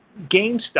GameStop